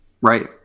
right